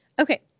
Okay